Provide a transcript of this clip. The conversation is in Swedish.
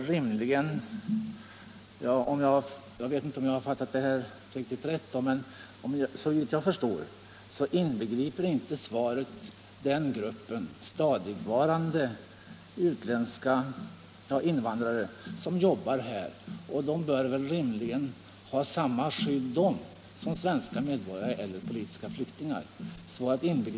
Jag vet inte om jag uppfattat svaret rätt, men såvitt jag förstår inbegriper det inte denna grupp. Sådana invandrare bör väl rimligen ha samma skydd som svenska medborgare eller politiska flyktingar.